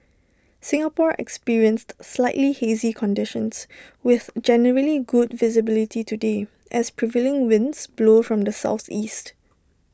Singapore experienced slightly hazy conditions with generally good visibility today as prevailing winds blow from the Southeast